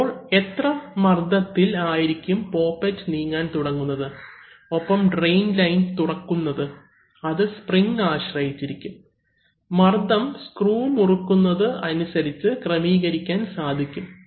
അപ്പോൾ എത്ര മർദ്ദത്തിൽ ആയിരിക്കും പോപ്പെറ്റ് നീങ്ങാൻ തുടങ്ങുന്നത് ഒപ്പം ട്രയിൻ ലൈൻ തുറക്കുന്നത് അത് സ്പ്രിംഗ് ആശ്രയിച്ചിരിക്കും മർദ്ദം സ്ക്രൂ മുറുക്കുന്നത് അനുസരിച്ച് ക്രമീകരിക്കാൻ സാധിക്കും